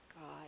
God